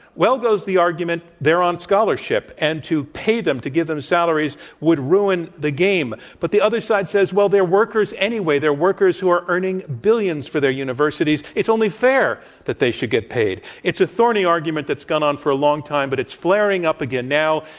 well, goes the argument, they're on scholarship and to pay them to give them salaries would ruin the game. but the other side says, well they're workers anyway, they're workers who are earning billions for their universities. it's only fair that they should get paid. it's a thorny argument that's gone on for a long time, but it's flaring up again now,